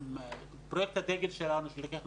פרויקט הדגל שלנו הרבה